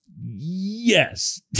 Yes